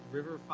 River